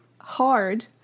hard